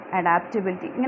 adaptability